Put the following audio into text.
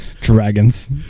dragons